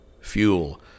Fuel